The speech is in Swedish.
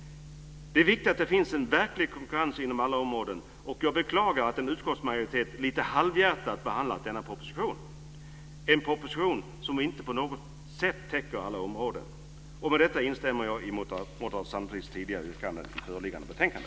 Det är viktigt att det finns verklig konkurrens inom alla områden, och jag beklagar att en utskottsmajoritet lite halvhjärtat behandlat denna proposition - en proposition som inte på något sätt täcker alla områden. Med detta instämmer jag i Moderata samlingspartiets tidigare yrkande i föreliggande betänkande.